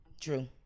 True